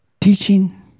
teaching